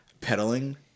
pedaling